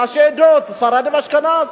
ראשי עדות, ספרד ואשכנז.